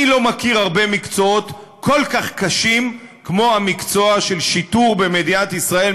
אני לא מכיר הרבה מקצועות כל כך קשים כמו המקצוע של שיטור במדינת ישראל,